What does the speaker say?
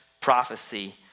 prophecy